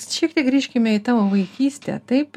šiek tiek grįžkime į tavo vaikystę taip